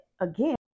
again